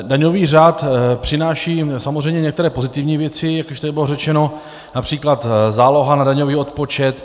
Daňový řád přináší samozřejmě některé pozitivní věci, jak už tady bylo řečeno, např. záloha na daňový odpočet.